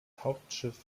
hauptschiff